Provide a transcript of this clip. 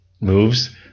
moves